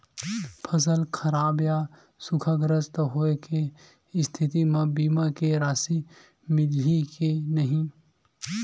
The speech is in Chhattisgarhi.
फसल खराब या सूखाग्रस्त होय के स्थिति म बीमा के राशि मिलही के नही?